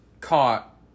caught